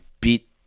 beat